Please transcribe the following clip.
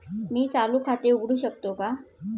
मी चालू खाते उघडू शकतो का?